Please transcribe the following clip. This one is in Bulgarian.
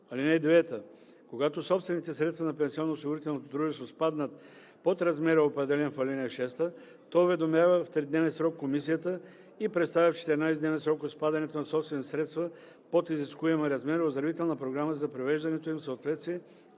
6 и 7. (9) Когато собствените средства на пенсионноосигурителното дружество спаднат под размера, определен в ал. 6, то уведомява в тридневен срок комисията и представя в 14 дневен срок от спадането на собствените средства под изискуемия размер оздравителна програма за привеждането им в съответствие